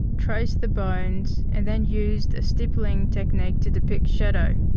traced the bones and then used a stippling technique to depict shadow.